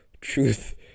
Truth